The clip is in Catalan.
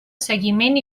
seguiment